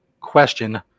question